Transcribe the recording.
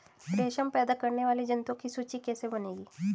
रेशम पैदा करने वाले जंतुओं की सूची कैसे बनेगी?